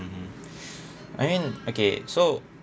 I mean okay so